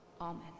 Amen